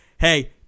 Hey